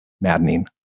maddening